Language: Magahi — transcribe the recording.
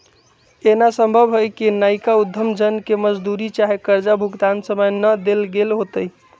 एना संभव हइ कि नयका उद्यम जन के मजदूरी चाहे कर्जा भुगतान समय न देल गेल होतइ